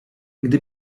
gdy